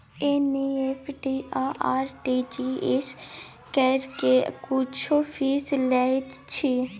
NEFT आ RTGS करै के कुछो फीसो लय छियै?